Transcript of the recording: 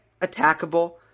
attackable